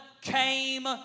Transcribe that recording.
came